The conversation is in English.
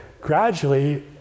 gradually